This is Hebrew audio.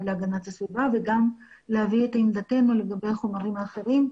להגנת הסביבה וגם להביא את עמדתנו לגבי החומרים האחרים.